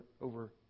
over